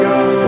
God